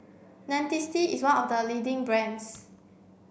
Dentiste is one of the leading brands